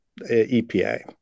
EPA